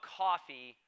coffee